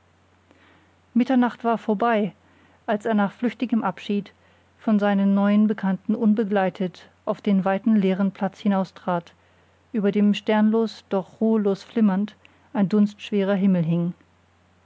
mitternacht war vorbei als er nach flüchtigem abschied von seinen neuen bekannten unbegleitet auf den weiten leeren platz hinaustrat über dem sternenlos doch ruhelos flimmernd ein dunstschwerer himmel hing